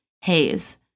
haze